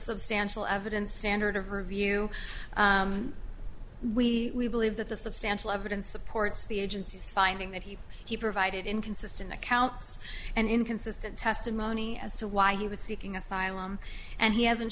substantial evidence standard of review we believe that the substantial evidence supports the agency's finding that he he provided inconsistent accounts and inconsistent testimony as to why he was seeking asylum and he hasn't